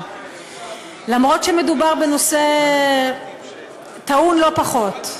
למרות שמדובר בנושא טעון לא פחות.